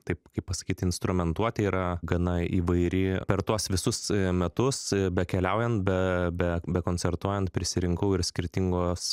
taip kaip pasakyt instrumentuotė yra gana įvairi per tuos visus metus bekeliaujant be be be koncertuojant prisirinkau ir skirtingos